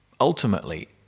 ultimately